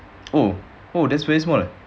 oh oh that's very small